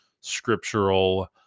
scriptural